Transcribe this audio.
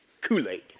Kool-Aid